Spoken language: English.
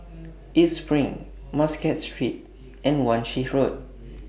East SPRING Muscat Street and Wan Shih Road